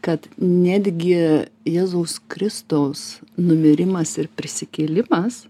kad netgi jėzaus kristaus numirimas ir prisikėlimas